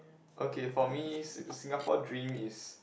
okay for me s~ Singapore dream is